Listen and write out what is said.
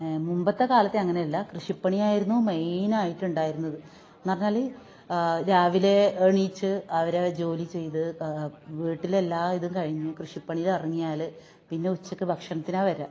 മുമ്പത്തെക്കാലത്തെയങ്ങനെയല്ല കൃഷിപ്പണിയായിരുന്നു മെയിനായിട്ടുണ്ടായിരുന്നത് എന്ന്പറഞ്ഞാൽ രാവിലെ എണീച്ച് അവരെ ജോലി ചെയ്ത് വീട്ടിലെല്ലായിതും കഴിഞ്ഞ് കൃഷിപ്പണിയിലിറങ്ങിയാൽ പിന്നെയുച്ചക്ക് ഭക്ഷണത്തിനാണ് വരുക